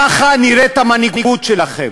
ככה נראית המנהיגות שלכם.